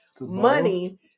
money